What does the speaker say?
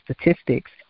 statistics